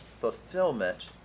fulfillment